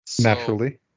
Naturally